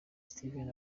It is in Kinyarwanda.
steven